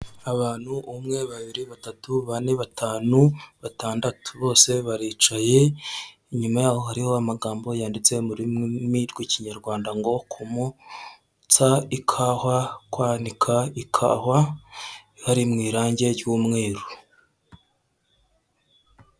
Abantu umwe, babiri, batatu, bane, batanu, batandatu, bose baricaye, inyuma yaho hariho amagambo yanditse mu rurimi rw'ikinyarwanda ngo kumutsa ikawa, kwanika ikawa, ari mu irange ry'umweru.